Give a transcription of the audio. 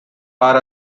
are